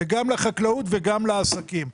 זה גם לחקלאות וגם לעסקים.